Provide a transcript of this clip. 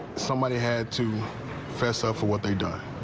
somebody had to fess up for what they've done.